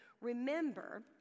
Remember